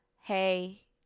Hey